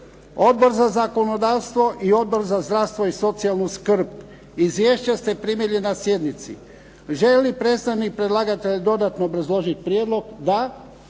Odbor za zakonodavstvo i Odbor za zdravstvo i socijalnu skrb. Izvješća ste primili na sjednici. Želi li predstavnik predlagatelja dodatno obrazložiti prijedlog? Da.